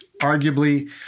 arguably